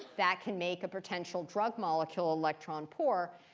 that can make a potential drug molecule electron poor.